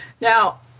Now